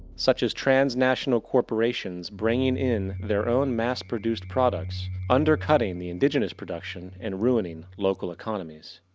such as transnational corporations bringing in their own mass-produced products undercutting the indigenes production and ruining local economies.